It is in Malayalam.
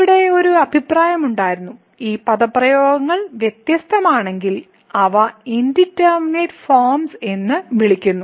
ഇവിടെ ഒരു അഭിപ്രായമുണ്ടായിരുന്നു ഈ പദപ്രയോഗങ്ങൾ വ്യത്യസ്തമാണെങ്കിൽ അവ ഇൻഡിറ്റർമിനെറ്റ് ഫോംസ് എന്ന് വിളിക്കുന്നു